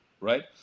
right